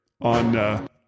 on